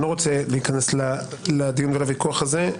אני לא רוצה להיכנס לדיון ולוויכוח הזה.